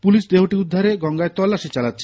police দেহটি উদ্ধারে গঙ্গায় তল্লাশি চালাচ্ছে